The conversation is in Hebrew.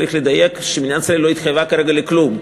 צריך לדייק שמדינת ישראל לא התחייבה כרגע לכלום,